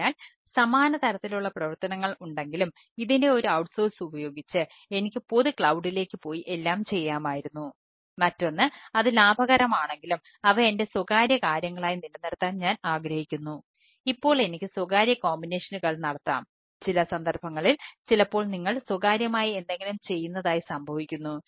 അതിനാൽ സമാന തരത്തിലുള്ള പ്രവർത്തനങ്ങൾ ഉണ്ടെങ്കിലും ഇതിന്റെ ഒരു ഔട്ട്സോഴ്സ് ഒരു സ്ഥലമാണ് ഇത് കാര്യങ്ങളിലേക്ക് പോകുന്നു